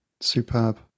Superb